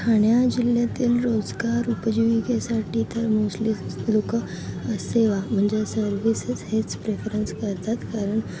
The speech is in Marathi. ठाणे जिल्ह्यातील रोजगार उपजीविकेसाठी तर मोस्टली लोकं सेवा म्हणजे सर्विसेस हेच प्रेफरंस करतात कारण